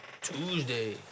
Tuesday